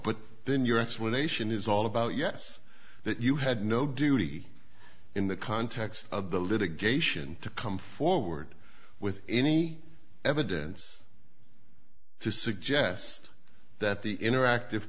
explanation is all about yes that you had no duty in the context of the litigation to come forward with any evidence to suggest that the interactive